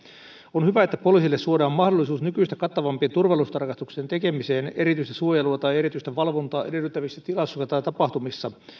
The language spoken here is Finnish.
on hyvä että poliisille suodaan mahdollisuus nykyistä kattavampien turvallisuustarkastuksien tekemiseen erityistä suojelua tai erityistä valvontaa edellyttävissä tilaisuuksissa tai tapahtumissa